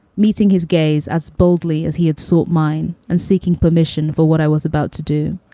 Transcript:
meeting his gaze as boldly as he had sought mine, and seeking permission for what i was about to do.